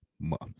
Month